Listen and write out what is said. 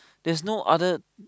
there's no other